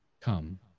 Come